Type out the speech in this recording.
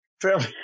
fairly